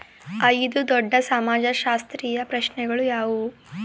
ಐದು ದೊಡ್ಡ ಸಮಾಜಶಾಸ್ತ್ರೀಯ ಪ್ರಶ್ನೆಗಳು ಯಾವುವು?